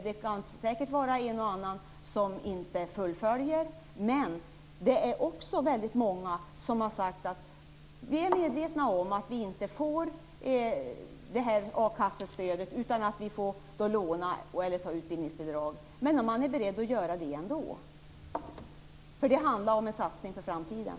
Det kan vara en och annan som inte fullföljer, men det är också väldigt många som sagt att de är medvetna om att de inte får a-kassestödet utan får låna eller få utbildningsbidrag. Men man är beredd att göra det ändå för det handlar om en satsning för framtiden.